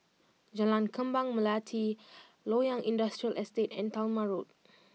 Jalan Kembang Melati Loyang Industrial Estate and Talma Road